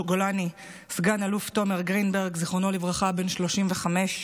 סא"ל תומר גרינברג, זיכרונו לברכה, בן 35,